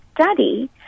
study